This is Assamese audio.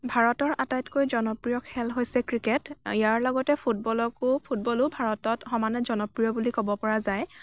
ভাৰতৰ আটাইতকৈ জনপ্ৰিয় খেল হৈছে ক্ৰিকেট ইয়াৰ লগতে ফুটবলকো ফুটবলো ভাৰতত সমানে জনপ্ৰিয় বুলি ক'ব পৰা যায়